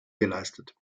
geleistet